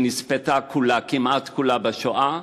שנספתה כמעט כולה בשואה,